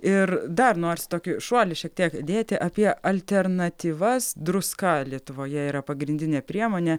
ir dar norisi tokį šuolį šiek tiek dėti apie alternatyvas druska lietuvoje yra pagrindinė priemonė